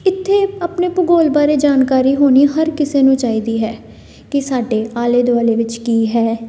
ਇੱਥੇ ਆਪਣੇ ਭੂਗੋਲ ਬਾਰੇ ਜਾਣਕਾਰੀ ਹੋਣੀ ਹਰ ਕਿਸੇ ਨੂੰ ਚਾਹੀਦੀ ਹੈ ਕਿ ਸਾਡੇ ਆਲੇ ਦੁਆਲੇ ਵਿੱਚ ਕੀ ਹੈ